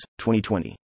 2020